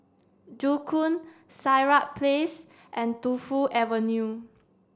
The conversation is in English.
Joo Koon Sirat Place and Tu Fu Avenue